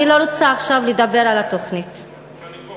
אני לא רוצה עכשיו לדבר על התוכנית עצמה.